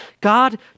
God